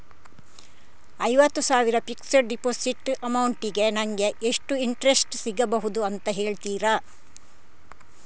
ಐವತ್ತು ಸಾವಿರ fixed deposit amount ಗೆ ನಂಗೆ ಎಷ್ಟು ಇಂಟ್ರೆಸ್ಟ್ ಸಿಗ್ಬಹುದು ಅಂತ ಹೇಳ್ತೀರಾ?